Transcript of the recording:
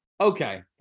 okay